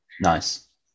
Nice